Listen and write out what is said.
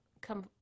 come